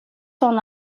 son